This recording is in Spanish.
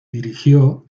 dirigió